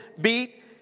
beat